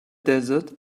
desert